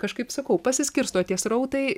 kažkaip sakau pasiskirsto tie srautai